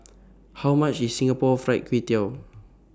How much IS Singapore Fried Kway Tiao